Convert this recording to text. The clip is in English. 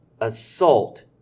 assault